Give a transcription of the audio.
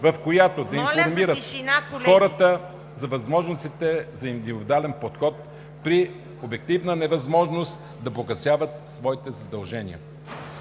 КРАСИМИР ВЕЛЧЕВ: „…хората за възможностите за индивидуален подход при обективна невъзможност да погасяват своите задължения.